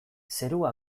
zerua